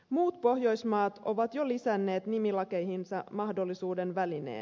muut pohjoismaat ovat jo lisänneet nimilakeihinsa mahdollisuuden välinimeen